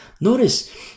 Notice